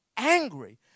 angry